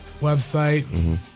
website